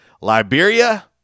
Liberia